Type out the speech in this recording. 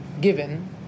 given